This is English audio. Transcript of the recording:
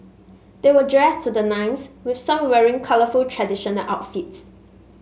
they were dressed to the nines with some wearing colourful traditional outfits